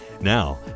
Now